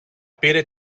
πήρε